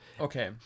Okay